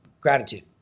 gratitude